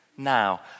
Now